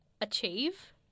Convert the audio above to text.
achieve